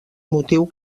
motiu